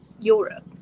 Europe